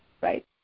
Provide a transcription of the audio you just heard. right